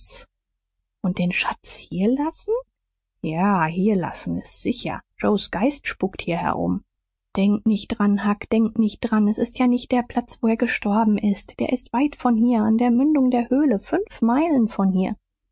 und den schatz hier lassen ja hier lassen s ist sicher joes geist spukt hier herum denkt nicht dran huck denkt nicht dran s ist ja nicht der platz wo er gestorben ist der ist weit von hier an der mündung der höhle fünf meilen von hier